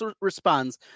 responds